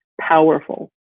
powerful